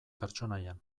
pertsonaian